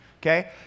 Okay